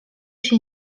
się